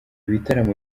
bitaramo